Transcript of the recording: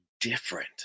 different